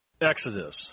Exodus